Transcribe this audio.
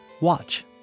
watch